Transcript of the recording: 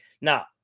Now